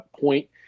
point